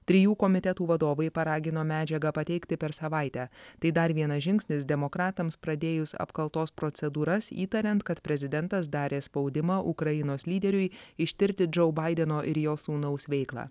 trijų komitetų vadovai paragino medžiagą pateikti per savaitę tai dar vienas žingsnis demokratams pradėjus apkaltos procedūras įtariant kad prezidentas darė spaudimą ukrainos lyderiui ištirti džou baideno ir jo sūnaus veiklą